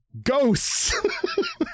ghosts